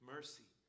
Mercy